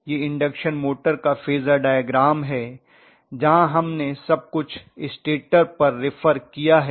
ये induction motor का phasor diagram है जहाँ हमने सबकुछ स्टेटर पर रिफर किया है